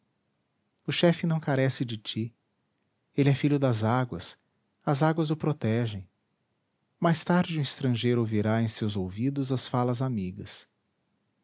o chefe não carece de ti ele é filho das águas as águas o protegem mais tarde o estrangeiro ouvirá em seus ouvidos as falas amigas